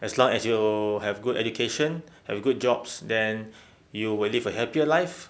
as long as you have good education have a good job then you will live a happier life